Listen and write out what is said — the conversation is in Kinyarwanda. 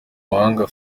mahanga